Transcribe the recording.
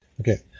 Okay